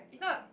it's not